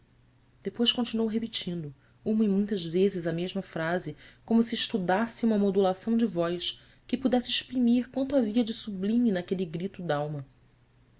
depois continuou repetindo uma e muitas vezes a mesma frase como se estudasse uma modulação de voz que pudesse exprimir quanto havia de sublime naquele grito d'alma